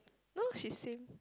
no she is Sing